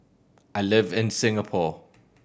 I live in Singapore